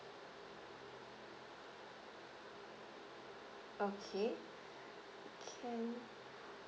okay can